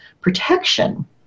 protection